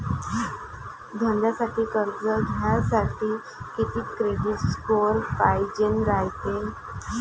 धंद्यासाठी कर्ज घ्यासाठी कितीक क्रेडिट स्कोर पायजेन रायते?